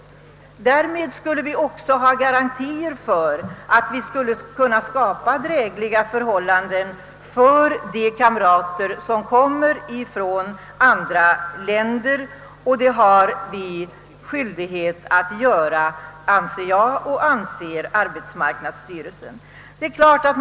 Därmed skulle vi också ha garantier för att vi skulle kunna skapa drägliga förhållanden för de kamrater som kommer ifrån andra länder. Arbetsmarknadsstyrelsen — och även jag — anser att vi har skyldighet att lösa dessa frågor.